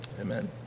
amen